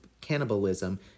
cannibalism